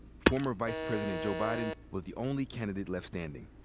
former vice president joe biden was the only candidate left standing.